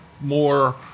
more